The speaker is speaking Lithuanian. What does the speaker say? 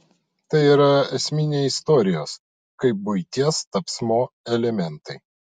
tai yra esminiai istorijos kaip buities tapsmo elementai